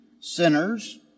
sinners